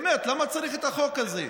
באמת, למה צריך את החוק הזה?